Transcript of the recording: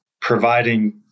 providing